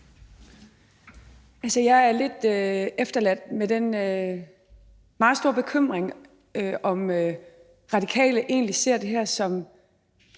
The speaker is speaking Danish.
(KF): Jeg er lidt efterladt med den meget store bekymring, om Radikale egentlig ser det her som